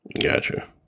gotcha